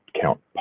count